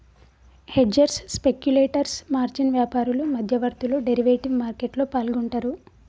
hedgers, speculators, margin వ్యాపారులు, మధ్యవర్తులు derivative మార్కెట్లో పాల్గొంటరు